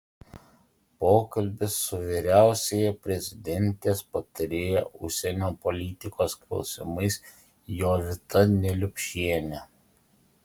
pokalbis su vyriausiąja prezidentės patarėja užsienio politikos klausimais jovita neliupšiene